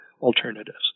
alternatives